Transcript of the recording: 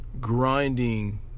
grinding